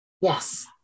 Yes